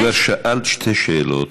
את כבר שאלת שתי שאלות,